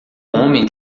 homem